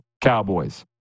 Cowboys